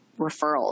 referrals